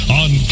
on